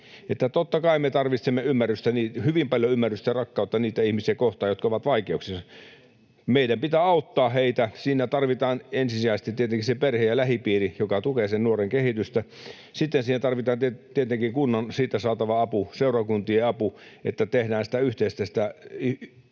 totta kai me tarvitsemme hyvin paljon ymmärrystä ja rakkautta niitä ihmisiä kohtaan, jotka ovat vaikeuksissa. Meidän pitää auttaa heitä. Siinä tarvitaan ensisijaisesti tietenkin se perhe- ja lähipiiri, joka tukee sen nuoren kehitystä. Sitten siihen tarvitaan tietenkin kunnollista apua, seurakuntien apua, että rakennetaan sen ihmisen